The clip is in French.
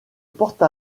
porte